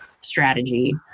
strategy